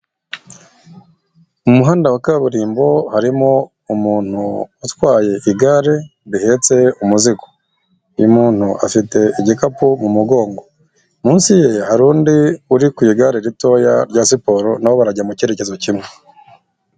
Mu muhanda wa kaburimbo harimo umuntu utwaye igare rihetse umuzigo, uyu muntu afite igikapu mu mugongo, munsi ye hari undi uri ku igare ritoya rya siporo nabo barajya mu cyerekezo kimwe.